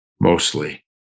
mostly